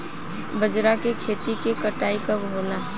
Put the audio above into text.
बजरा के खेती के कटाई कब होला?